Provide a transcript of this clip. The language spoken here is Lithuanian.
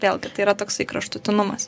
vėlgi tai yra toksai kraštutinumas